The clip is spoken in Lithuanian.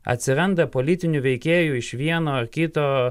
atsiranda politinių veikėjų iš vieno ar kito